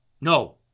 No